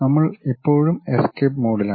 നമ്മൾ ഇപ്പോഴും എസ്കേപ്പ് മോഡിലാണ്